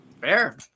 Fair